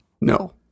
No